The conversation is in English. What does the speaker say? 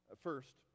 First